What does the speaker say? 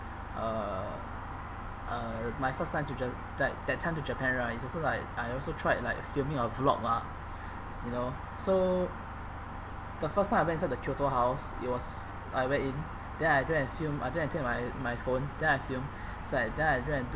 uh uh my first time to ja~ that that time to japan right it's also like I also tried like filming a vlog lah you know so the first time I went inside the kyoto house it was I went in then I go and film uh then I take my my phone then I film so like I go and do